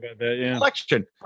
election